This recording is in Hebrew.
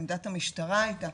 עמדת המשטרה הייתה